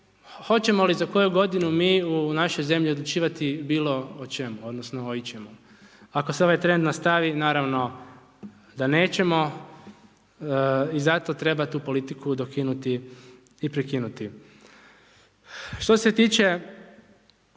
hoćemo li za koju godinu mi u našoj zemlji odlučivati bilo o čemu, odnosno o ičemu? Ako se ovaj trend nastavi, naravno da nećemo i zato treba tu politiku dokinuti i prekinuti. Što se tiče